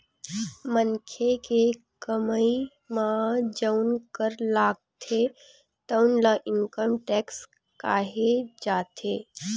मनखे के कमई म जउन कर लागथे तउन ल इनकम टेक्स केहे जाथे